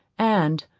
and,